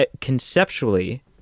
conceptually